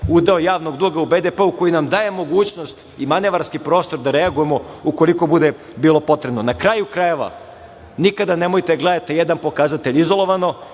udeo javnog duga u BDP koji nam daje mogućnost i manevarski prostor da reagujemo ukoliko bude bilo potrebno. Na kraju, krajeva nikada nemojte da gledate jedan pokazatelj izolovano.